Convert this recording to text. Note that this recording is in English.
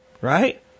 Right